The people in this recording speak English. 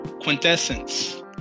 Quintessence